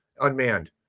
Unmanned